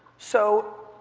so,